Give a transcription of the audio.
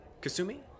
Kasumi